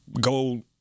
gold